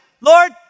Lord